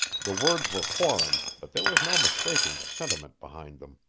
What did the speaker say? the words were foreign, but there was no mistaking the sentiment behind them.